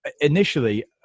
initially